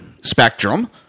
spectrum